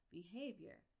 behavior